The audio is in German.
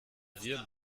wir